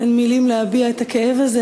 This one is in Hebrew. אין מילים להביע את הכאב הזה.